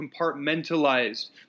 compartmentalized